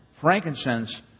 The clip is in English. frankincense